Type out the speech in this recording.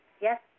Yes